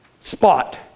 spot